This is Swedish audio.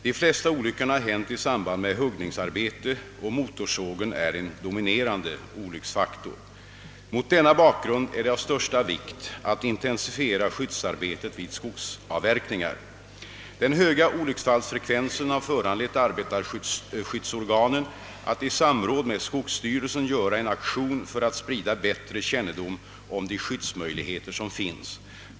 De flesta olyckorna har hänt i samband med huggningsarbete, och motorsågen är en dominerande olycksfaktor. Mot denna bakgrund är det av största vikt att intensifiera skyddsarbetet vid skogsavverkningar. Den höga olycksfallsfrekvensen har föranlett arbetarskyddsorganen att i samråd med skogs styrelsen göra en aktion för att sprida bättre kännedom om de skyddsmöjligheter som finns.